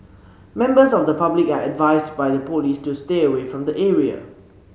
members of the public are advised by the police to stay away from the area